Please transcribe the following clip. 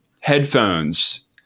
Headphones